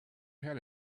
had